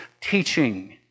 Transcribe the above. teaching